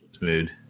mood